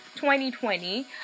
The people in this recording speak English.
2020